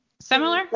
Similar